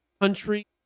country